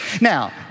Now